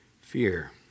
fear